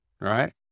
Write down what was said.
right